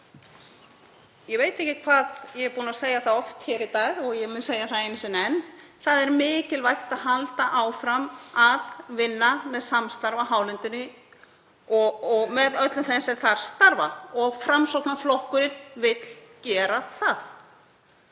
Ég veit ekki hvað ég er búin að segja það oft hér í dag og ég mun segja það einu sinni enn: Það er mikilvægt að halda áfram að vinna með samstarf á hálendinu og með öllum þeim sem þar starfa. Framsóknarflokkurinn vill gera það.